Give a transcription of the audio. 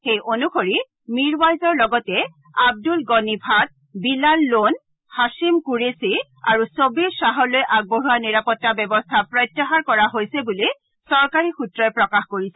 সেই অনুসৰি মিৰৱাইজৰ লগতে আব্দুল গনি ভাট বিলাল লোন হাখিম কুৰেখি আৰু চবিৰ খাহলৈ আগবঢ়োৱা নিৰাপত্তা ব্যৱস্থা প্ৰত্যাহাৰ কৰা হৈছে বুলি চৰকাৰী সূত্ৰই প্ৰকাশ কৰিছে